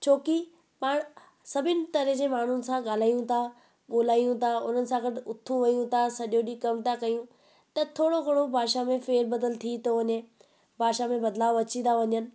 छोकी पाण सभिनि तरह जे माण्हुनि सां ॻाल्हायूं था ॻोल्हायूं था उन्हनि सां गॾु उथूं वेहूं था सॼो ॾींहुं कम था कयूं त थोरो घणो भाषा में फेरु बदिल थी थो वञे भाषा में बदिलाउ अची था वञनि